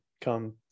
come